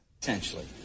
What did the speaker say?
Potentially